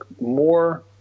more